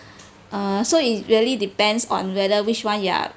err so it really depends on whether which [one] ya